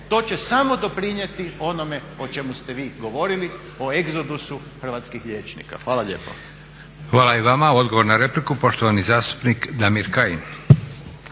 To ćemo samo doprinijeti onome o čemu ste vi govorili, o egzodusu hrvatskih liječnika. Hvala lijepo. **Leko, Josip (SDP)** Hvala i vama. Odgovor na repliku, poštovani zastupnik Damir Kajin.